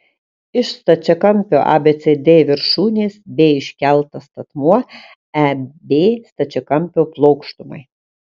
iš stačiakampio abcd viršūnės b iškeltas statmuo eb stačiakampio plokštumai